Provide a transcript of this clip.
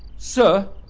sir,